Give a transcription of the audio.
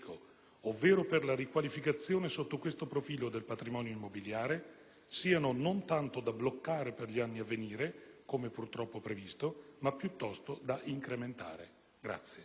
ovvero per la riqualificazione, sotto questo profilo, del patrimonio immobiliare, siano non tanto da bloccare per gli anni avvenire, come purtroppo previsto, ma piuttosto da incrementare.